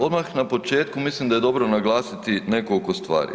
Odmah na početku mislim da je dobro naglasiti nekoliko stvari.